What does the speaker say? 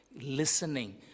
listening